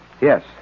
Yes